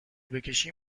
بکشی